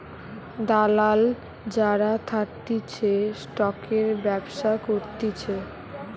দালাল যারা থাকতিছে স্টকের ব্যবসা করতিছে